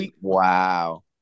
wow